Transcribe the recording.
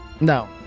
No